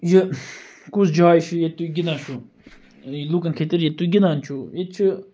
یہِ کُس جاے چھِ ییٚتہِ تُہۍ گِندان چھو لُکَن خٲطرٕ ییٚتہِ تُہۍ گِنٛدان چھو ییٚتہِ چھُ